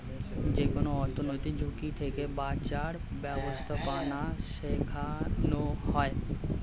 যেকোনো অর্থনৈতিক ঝুঁকি থেকে বাঁচার ব্যাবস্থাপনা শেখানো হয়